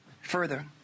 Further